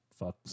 fucks